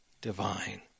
divine